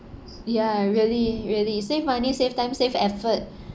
ya really really save money save time save effort